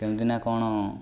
କେମିତି ନା କ'ଣ